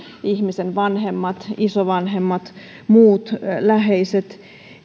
ihmisen vanhemmat isovanhemmat muut läheiset